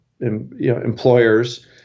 employers